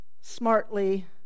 smartly